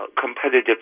competitive